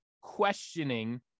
questioning